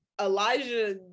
elijah